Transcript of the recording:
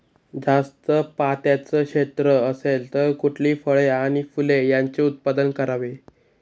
जास्त पात्याचं क्षेत्र असेल तर कुठली फळे आणि फूले यांचे उत्पादन करावे?